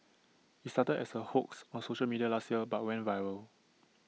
IT started as A hoax on social media last year but went viral